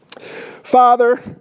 Father